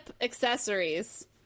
accessories